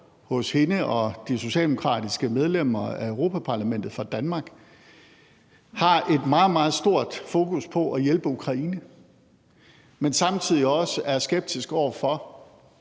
hos hende og de socialdemokratiske medlemmer af Europa-Parlamentet fra Danmark har et meget, meget stort fokus på at hjælpe Ukraine, men samtidig også er skeptisk over for